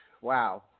wow